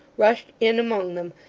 rushed in among them,